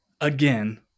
Again